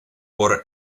por